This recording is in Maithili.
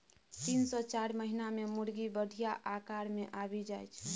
तीन सँ चारि महीना मे मुरगी बढ़िया आकार मे आबि जाइ छै